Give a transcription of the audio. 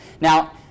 Now